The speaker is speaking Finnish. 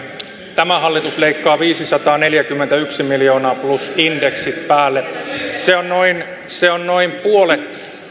tämä hallitus leikkaa viisisataaneljäkymmentäyksi miljoonaa plus indeksit päälle se on noin puolet